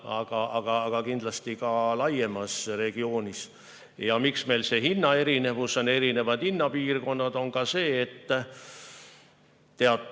aga kindlasti ka laiemas regioonis. Miks meil see hinnaerinevus on, erinevad hinnapiirkonnad? Teatud